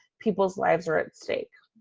peoples' lives are at stake.